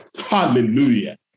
Hallelujah